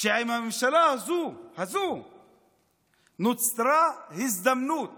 שעם הממשלה הזו נוצרה הזדמנות